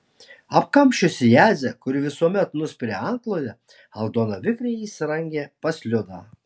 apkamšiusi jadzę kuri visuomet nuspiria antklodę aldona vikriai įsirangę pas liudą